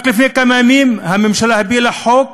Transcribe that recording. רק לפני כמה ימים הממשלה העבירה חוק,